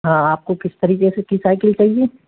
ہاں آپ کو کس طریقے سے کی سائیکل چاہیے